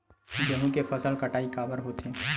गेहूं के फसल कटाई काबर होथे?